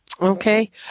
Okay